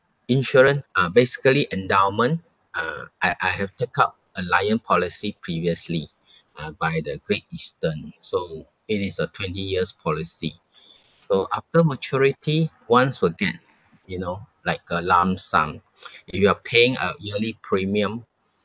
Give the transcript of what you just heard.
insurance ah basically endowment ah I I have take up allianz policy previously uh by the great eastern so it is a twenty years policy so after maturity ones will get you know like a lump sum you are paying a yearly premium